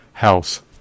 House